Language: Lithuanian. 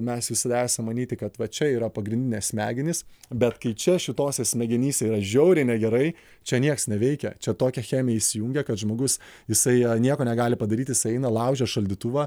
mes visi esam manyti kad va čia yra pagrindinės smegenys bet kai čia šitose smegenyse yra žiauriai negerai čia nieks neveikia čia tokia chemija įsijungia kad žmogus jisai nieko negali padaryt jis eina laužia šaldytuvą